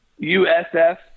USF